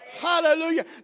Hallelujah